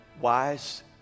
wise